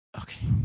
Okay